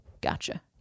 Gotcha